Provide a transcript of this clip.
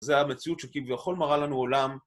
זו המציאות שכביכול מראה לנו עולם.